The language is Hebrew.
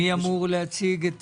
מי אמור להציג?